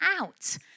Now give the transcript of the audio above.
out